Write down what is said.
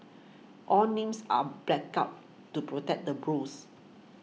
all names are blacked out to protect the bros